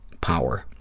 power